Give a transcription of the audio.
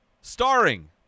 starring